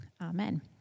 amen